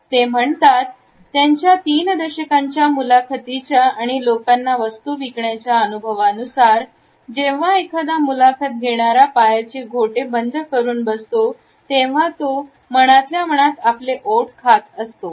ते म्हणतात त्यांच्या तीन दशकांच्या मुलाखतींच्या आणि लोकांना वस्तू विकण्याच्या अनुभवानुसार जेव्हा एखादा मुलाखत घेणारा पायाचे घोटे बंद करून बसतो तेव्हा तू मनातल्या मनात आपले ओठ खात असतो